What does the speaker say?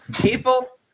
People